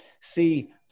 see